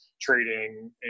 trading